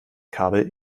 kabel